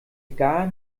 gar